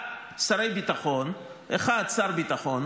ארבעה שרי ביטחון: האחד שר ביטחון,